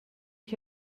ich